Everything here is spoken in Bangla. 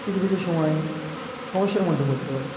কিছু কিছু সময় সমস্যার মধ্যে পড়তে পারি